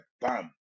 bam